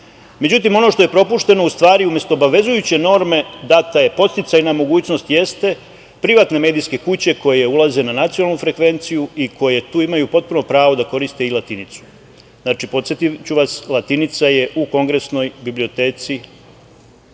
Međutim, ono što je propušteno u stvari, umesto obavezujuće norme, data je podsticajna mogućnost – privatne medijske kuće koje ulaze na nacionalnu frekvenciju i koje tu imaju potpuno pravo da koriste i latinicu. Znači, podsetiću vas, latinica je u Kongresnoj biblioteci